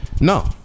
No